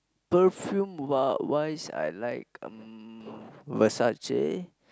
perfume wa~ wise I like um Versace